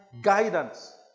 guidance